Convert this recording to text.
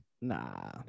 Nah